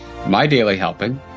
MyDailyHelping